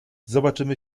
zobaczymy